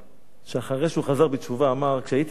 שאחרי שהוא חזר בתשובה אמר: כשהייתי עם הארץ,